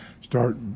start